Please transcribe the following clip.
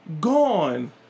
gone